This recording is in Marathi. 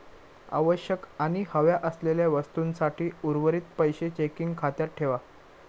आवश्यक आणि हव्या असलेल्या वस्तूंसाठी उर्वरीत पैशे चेकिंग खात्यात ठेवा